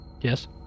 Yes